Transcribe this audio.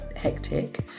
hectic